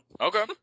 Okay